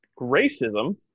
racism